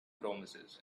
promises